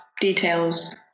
details